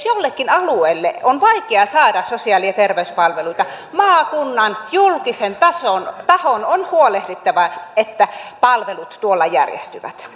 jollekin alueelle on vaikea saada sosiaali ja terveyspalveluita maakunnan julkisen tahon on huolehdittava että palvelut tuolla järjestyvät